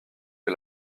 que